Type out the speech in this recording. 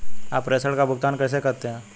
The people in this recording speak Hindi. आप प्रेषण का भुगतान कैसे करते हैं?